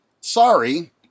Sorry